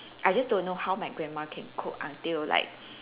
I just don't know how my grandma can cook until like